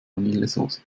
vanillesoße